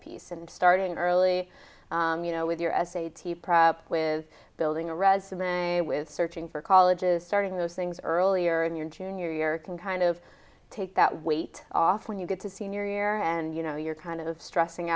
piece and starting early you know with your as a team with building a resume with searching for colleges starting those things earlier in your junior can kind of take that weight off when you get to senior year and you know you're kind of stressing